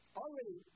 already